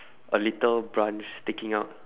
a little branch sticking out